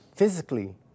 physically